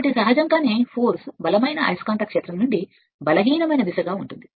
కాబట్టి సహజంగానే మీరు దీనిని పిలుస్తారు శక్తి మీరు దీనిని బలమైన అయస్కాంత క్షేత్రం నుండి బలహీనమైనదిగా పిలుస్తుంది